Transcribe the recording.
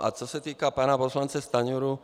A co se týká pana poslance Stanjury.